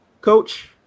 coach